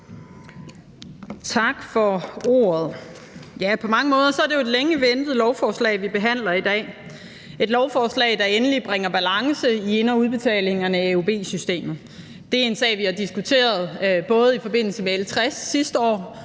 Tak for ordet. På mange måder er det jo et længe ventet lovforslag, vi behandler i dag. Det er et lovforslag, der endelig bringer balance i ind- og udbetalingerne i AUB-systemet. Det er en sag, vi har diskuteret både i forbindelse med L 60 sidste år